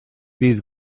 bydd